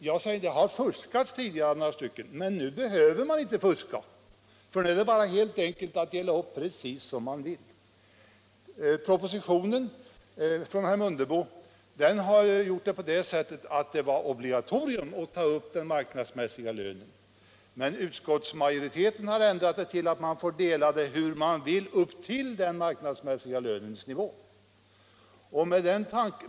Jag har sagt att det har fuskats tidigare av några, men nu behöver man inte fuska längre — nu kan man helt enkelt dela upp inkomsterna precis som man vill. Enligt herr Mundebos proposition var det obligatoriskt att ta upp marknadsmässig lön, men utskottsmajoriteten har ändrat det så att man får dela upp inkomsten hur man vill upp till den marknadsmässiga lönens nivå.